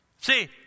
See